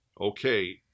Okay